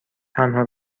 تنها